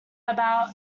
about